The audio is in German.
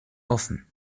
offen